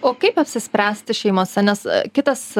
o kaip apsispręsti šeimose nes kitas